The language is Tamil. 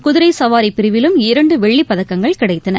குதிரை சவாரி பிரிவிலும் இரண்டு வெள்ளிப் பதக்கங்கள் கிடைத்தன